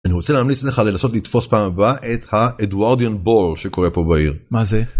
אני רוצה להמליץ לך לנסות לתפוס פעם הבאה את ה- Edwardian Ball שקורה פה בעיר. מה זה?